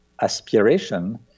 aspiration